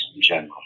general